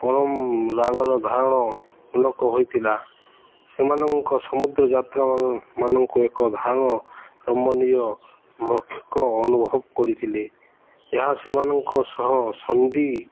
ପରମ ରାଗର ଧାରଣ ମୂଳକ ହୋଇଥିଲା ସେମାନଙ୍କ ସମୁଦ୍ର ଯାତ୍ରାମାନ ମାନଙ୍କୁ ଏକ ଧାରଣ ରମଣୀୟ ମୌଖିକ ଅନୁଭବ କରିଥିଲେ ଏହା ସେମାନଙ୍କ ସହ ସନ୍ଧି